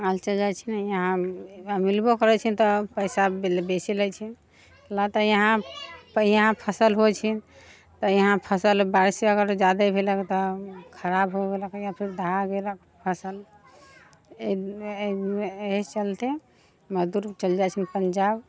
बाहर चलि जाइ छै इहाँ मिलबो करै छै तऽ पैसा बेसी लै छै कै लए तऽ इहाँ फसल होइ छै तऽ इहाँ फसल बारिसे अगर जादे भेल तऽ खराब हो गेलक या फेर दहा गेलक फसल ए ए एहि चलते मजदूर चलि जाइ छै पंजाब